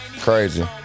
Crazy